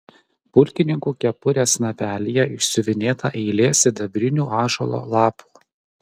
pulkininkų kepurės snapelyje išsiuvinėta eilė sidabrinių ąžuolo lapų